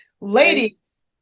Ladies